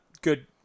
Good